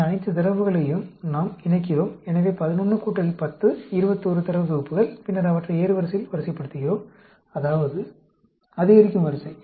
இந்த அனைத்துத் தரவுகளையும் நாம் இணைக்கிறோம் எனவே 11 10 21 தரவு தொகுப்புகள் பின்னர் அவற்றை ஏறுவரிசையில் வரிசைப்படுத்துகிறோம் அதாவது அதிகரிக்கும் வரிசை